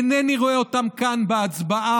אינני רואה אותם כאן בהצבעה,